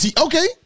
Okay